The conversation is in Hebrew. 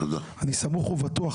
אני סמוך ובטוח,